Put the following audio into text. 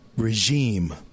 regime